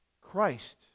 Christ